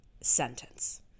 sentence